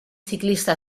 ciclista